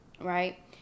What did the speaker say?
Right